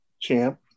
champ